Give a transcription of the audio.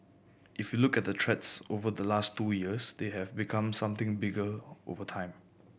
if look at the threats over the last two years they have become something bigger over time